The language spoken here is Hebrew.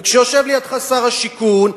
וכשיושב לידך שר השיכון,